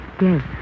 Yes